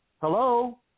Hello